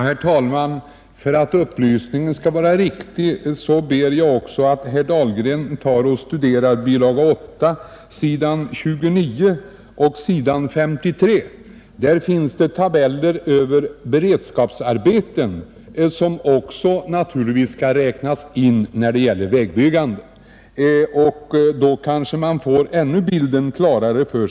Herr talman! Jag skulle vilja be herr Dahlgren att studera bilaga 8 s. 29 och s. 53. Där finns tabeller över beredskapsarbeten som naturligtvis också skall räknas med när man talar om vägbyggandet. Det kanske gör bilden ännu litet klarare.